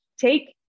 take